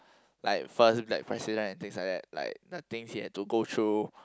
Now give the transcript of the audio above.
like first that president and things like that like nothing he had to go through